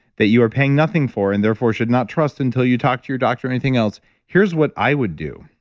that you are paying nothing for, and therefore should not trust until you talk to your doctor, or anything else here's what i would do.